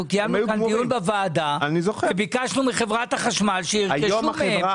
אנחנו קיימנו כאן דיון בוועדה וביקשנו מחברת החשמל שירכשו מהם.